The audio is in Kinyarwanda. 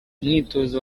umwitozo